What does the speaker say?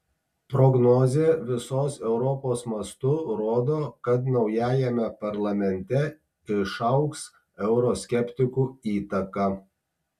prognozė visos europos mastu rodo kad naujajame parlamente išaugs euroskeptikų įtaka